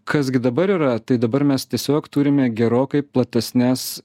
kas gi dabar yra tai dabar mes tiesiog turime gerokai platesnes